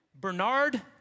Bernard